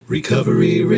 Recovery